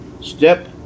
step